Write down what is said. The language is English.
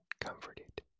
comforted